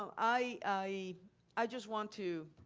so i i just want to